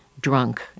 drunk